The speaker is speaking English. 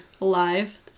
alive